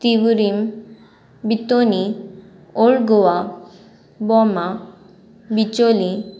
तिवरीम बितोनी ओल्ड गोवा बोमा बिचोली